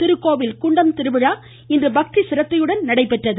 திருக்கோவில் குண்டம் திருவிழா இன்று பக்தி சிரத்தையுடன் நடைபெற்றது